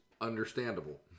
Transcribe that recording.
Understandable